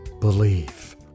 believe